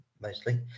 mostly